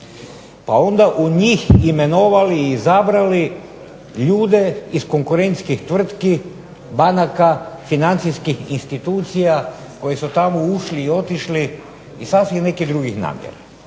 pa onda u njih imenovali i izabrali ljude iz konkurentskih tvrtki, banaka, financijskih institucija koji su tamo ušli i otišli iz sasvim nekih drugih namjera.